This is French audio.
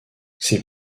ses